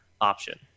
option